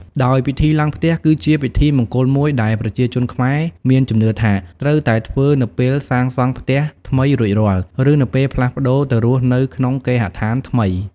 ដោយពិធីឡើងផ្ទះ គឺជាពិធីមង្គលមួយដែលប្រជាជនខ្មែរមានជំនឿថា ត្រូវតែធ្វើនៅពេលសាងសង់ផ្ទះថ្មីរួចរាល់ ឬនៅពេលផ្លាស់ប្ដូរទៅរស់នៅក្នុងគេហដ្ឋានថ្មី។